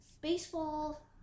Baseball